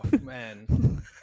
man